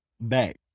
back